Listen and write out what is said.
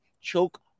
choke